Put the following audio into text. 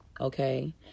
Okay